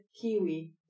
Kiwi